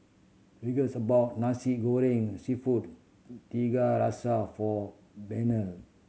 Regan's bought Nasi Goreng Seafood Tiga Rasa for Burnell